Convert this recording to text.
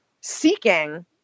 seeking